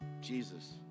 Jesus